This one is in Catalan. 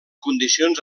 condicions